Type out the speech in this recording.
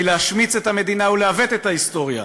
להשמיץ את המדינה ולעוות את ההיסטוריה.